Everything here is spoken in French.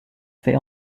fait